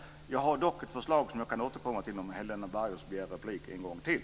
Jag har dock ett förslag som jag kan återkomma till om Helena Bargholtz begär replik en gång till.